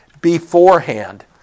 beforehand